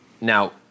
Now